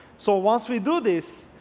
so once we do this,